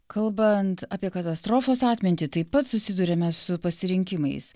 kalbant apie katastrofos atmintį taip pat susiduriame su pasirinkimais